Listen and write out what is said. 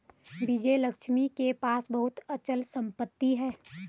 विजयलक्ष्मी के पास बहुत अचल संपत्ति है